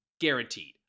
Guaranteed